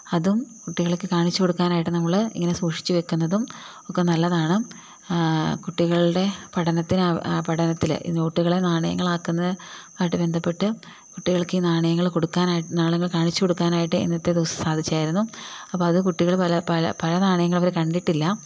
അതും കുട്ടികൾക്ക് കാണിച്ചു കൊടുക്കാനായിട്ട് നമ്മൾ ഇങ്ങനെ സൂക്ഷിച്ചു വയിക്കുന്നതും ഒക്കെ നല്ലതാണ് കുട്ടികളുടെ പഠനത്തിനാവശ്യം പഠനത്തിൽ ഈ നോട്ടുകളെ നാണയങ്ങളാക്കുന്നത് ആയിട്ട് ബന്ധപ്പെട്ട് കുട്ടികൾക്ക് ഈ നാണയങ്ങൾ കൊടുക്കാനായിട്ട് നാണയങ്ങൾ കാണിച്ചു കൊടുക്കാനായിട്ട് ഇന്നത്തെ ദിവസം സാധിച്ചായിരുന്നു അപ്പം അത് കുട്ടികൾ പല പല നാണയങ്ങൾ അവർ കണ്ടിട്ടില്ല